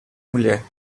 mulher